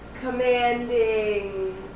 commanding